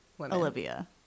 olivia